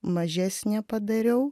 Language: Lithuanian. mažesnę padariau